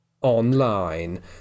online